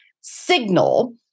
signal